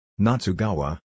Natsugawa